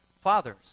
fathers